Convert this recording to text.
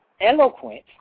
eloquent